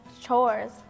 chores